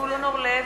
זבולון אורלב,